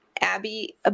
abby